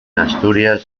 asturias